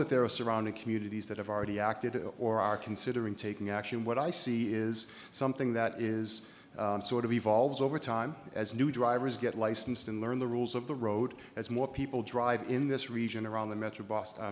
that there are surrounding communities that have already acted or are considering taking action what i see is something that is sort of evolves over time as new drivers get licensed and learn the rules of the road as more people drive in this region around the metro boston